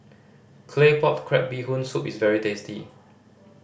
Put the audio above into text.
Claypot Crab Bee Hoon Soup is very tasty